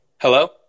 Hello